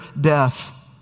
death